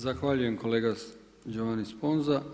Zahvaljujem kolega Giovanni Sponza.